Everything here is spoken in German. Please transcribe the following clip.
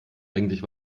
eigentlich